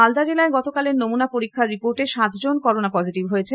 মালদা জেলায় গতকালের নমুনা পরীক্ষার রিপোর্টে সাতজন করোনা পজিটিভ হয়েছেন